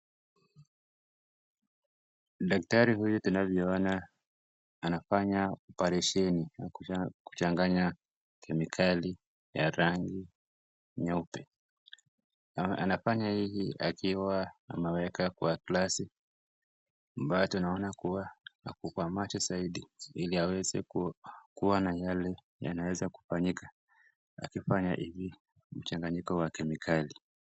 Daktari huyu tunavyoona anafanya oparesheni, kuchanganya kemikali ya rangi nyeupe. Anafanya hili akiwa ameweka kwa glasi ambayo tunaona kuwa ako kwa macho zaidi, ili aweze kuona yale yanaweza kufanyika akifanya hili mchanganyiko wa kemikali.